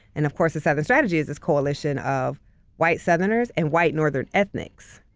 and of course the southern strategy is this coalition of white southerners and white northern ethnics.